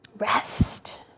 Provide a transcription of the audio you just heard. rest